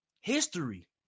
History